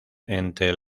entre